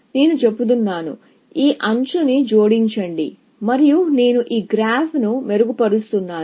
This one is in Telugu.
నేను చెబుతున్నాను ఈ ఎడ్జ్ ని జోడించండి మరియు నేను ఈ గ్రాఫ్ను మెరుగుపరుస్తున్నాను